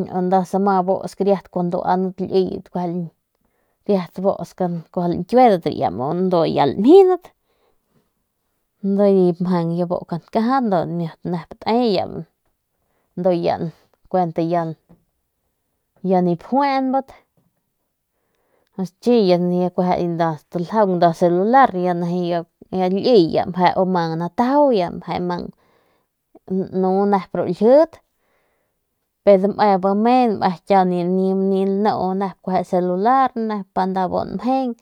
iba nda sama busk riat kuaju nduanat liyet bijiy te bi ya kuent ya nip juenbat ya chi ya staljaung nda celular u ya mang nataju y ya meje mang nu nep laljit dame bi me kiau ni lanu nep es celular pa nep nda bu njeng.